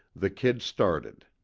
the kid started.